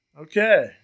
Okay